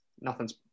nothing's